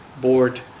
board